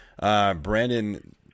Brandon